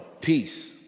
peace